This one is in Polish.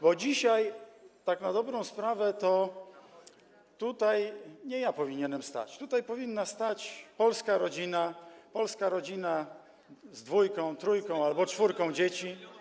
Bo dzisiaj tak na dobrą sprawę to tutaj nie ja powinienem stać, tutaj powinna stać polska rodzina, polska rodzina z dwójką, trójką albo czwórką dzieci.